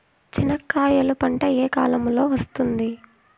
చెనక్కాయలు పంట ఏ కాలము లో వస్తుంది